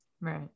right